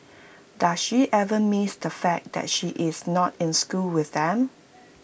does she ever miss the fact that she is not in school with them